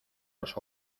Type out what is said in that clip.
los